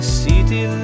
city